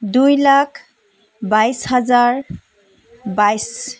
দুই লাখ বাইছ হাজাৰ বাইছ